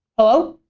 hello?